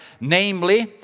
Namely